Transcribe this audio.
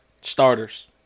starters